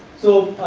so,